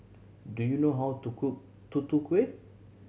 do you know how to cook Tutu Kueh